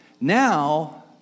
Now